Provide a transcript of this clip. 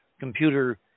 computer